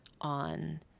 on